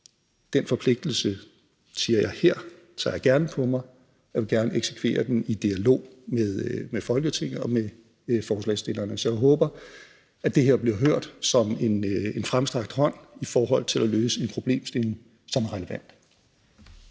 den forpligtelse tager jeg gerne på mig, siger jeg her, og jeg vil gerne eksekvere den i dialog med Folketinget og forslagsstillerne. Så jeg håber, at det her bliver hørt som en fremstrakt hånd i forhold til at løse en problemstilling, som er relevant.